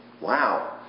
Wow